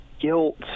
guilt